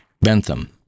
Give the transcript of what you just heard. Bentham